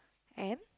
and